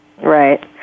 Right